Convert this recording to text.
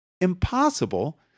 impossible